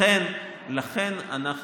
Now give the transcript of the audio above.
לכן אנחנו